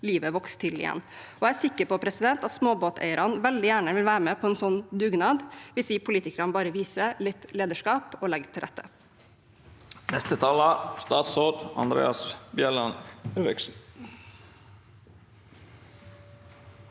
livet vokse til igjen. Jeg er sikker på at småbåteierne veldig gjerne vil være med på en sånn dugnad hvis vi politikere bare viser litt lederskap og legger til rette. Statsråd Andreas Bjelland Eriksen